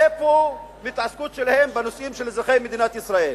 איפה ההתעסקות שלהם בנושאים של אזרחי מדינת ישראל?